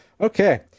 Okay